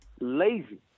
lazy